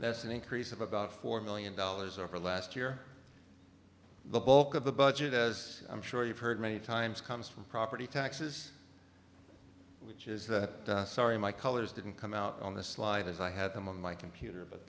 that's an increase of about four million dollars over last year the bulk of the budget as i'm sure you've heard many times comes from property taxes which is that sorry my colors didn't come out on the slide as i had them on my computer but